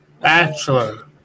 bachelor